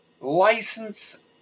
license